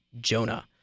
Jonah